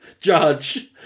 Judge